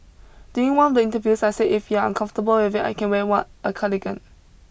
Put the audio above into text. during one of the interviews I say if you're uncomfortable with it I can wear what a cardigan